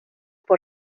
por